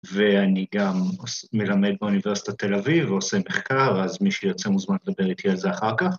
‫ואני גם מלמד באוניברסיטת תל אביב ‫ועושה מחקר, ‫אז מי שיוצא מוזמן לדבר איתי על זה אחר כך.